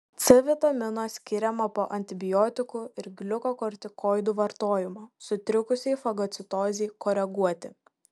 c vitamino skiriama po antibiotikų ir gliukokortikoidų vartojimo sutrikusiai fagocitozei koreguoti